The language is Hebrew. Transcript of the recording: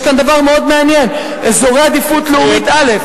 אז יש כאן דבר מאוד מעניין: אזורי עדיפות לאומית א'.